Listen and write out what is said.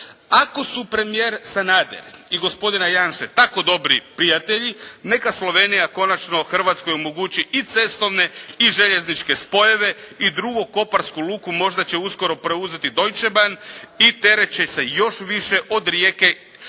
Ako su premijer Sanader i gospodin Janša tako dobri prijatelji neka Slovenija konačno Hrvatskoj omogući i cestovne i željezničke spojeve, i drugo koparsku luku možda je uskoro preuzeti Deutsche Bahn i teret će se još više od Rijeke prelijevati